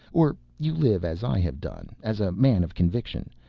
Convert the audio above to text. or you live as i have done, as a man of conviction,